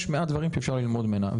יש מעט דברים שאפשר ללמוד ממנה.